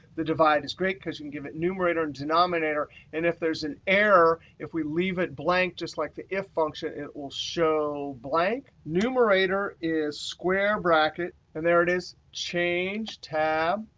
the divide is great, great, because you can give it numerator and denominator. and if there's an error, if we leave it blank, just like the if function, it will show blank. numerator is square bracket. and there it is change, tab,